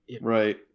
right